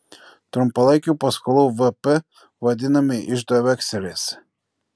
trumpalaikių paskolų vp vadinami iždo vekseliais